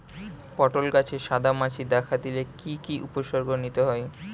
পটল গাছে সাদা মাছি দেখা দিলে কি কি উপসর্গ নিতে হয়?